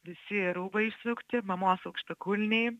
visi rūbai išsukti mamos aukštakulniai